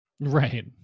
right